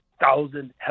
thousand